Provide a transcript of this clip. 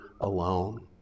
alone